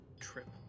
trip